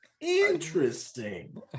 Interesting